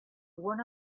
one